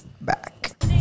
back